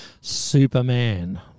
Superman